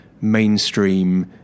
mainstream